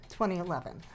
2011